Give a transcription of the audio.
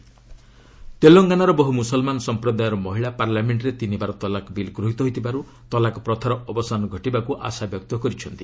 ତେଲଙ୍ଗାନା ଟିଟି ବିଲ୍ ତେଲଙ୍ଗାନାର ବହୁ ମୁସଲ୍ମାନ ସମ୍ପ୍ରଦାୟ ମହିଳା ପାର୍ଲାମେଣ୍ଟରେ ତିନିବାର ତଲାକ୍ ବିଲ୍ ଗୃହୀତ ହୋଇଥିବାରୁ ତଲାକ୍ ପ୍ରଥାର ଅବସାନ ଘଟିବାକୁ ଆଶାବ୍ୟକ୍ତ କରିଛନ୍ତି